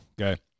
okay